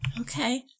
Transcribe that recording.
Okay